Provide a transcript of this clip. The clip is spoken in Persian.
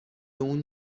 اون